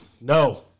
No